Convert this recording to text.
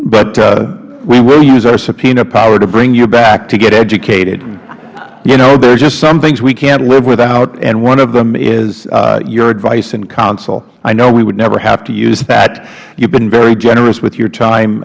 but we will use our subpoena power to bring you back to get educated you know there are just some things we can't live without and one of them is your advice and counsel i know we would never have to use that you have been very generous with your time